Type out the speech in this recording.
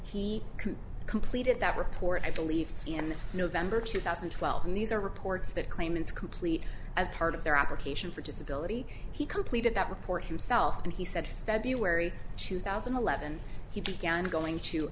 he completed that report i believe in november two thousand and twelve and these are reports that claimants complete as part of their application for disability he completed that report himself and he said february two thousand and eleven he began going to